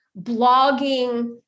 blogging